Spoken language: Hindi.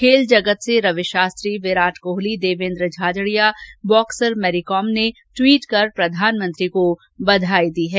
खेल जगत से रवि शास्त्री विराट कोहली देवेन्द्र झाझड़िया बॉक्सर मैरीकॉम ने ट्वीट कर प्रधानमंत्री को बधाई प्रेषित की है